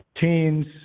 teens